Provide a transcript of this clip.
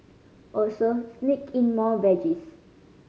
also sneak in more veggies